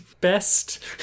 Best